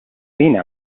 lena